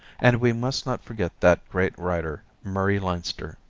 and we must not forget that great writer, murray leinster.